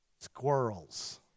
Squirrels